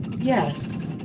Yes